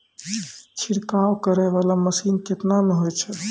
छिड़काव करै वाला मसीन केतना मे होय छै?